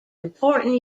important